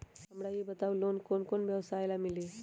हमरा ई बताऊ लोन कौन कौन व्यवसाय ला मिली?